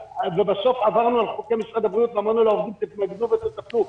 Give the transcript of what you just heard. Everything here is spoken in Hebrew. ובסוף עברנו על חוקי משרד הבריאות ואמרנו לעובדים: תתנגדו ותטפלו,